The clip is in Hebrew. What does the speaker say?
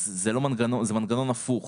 זה מנגנון הפוך,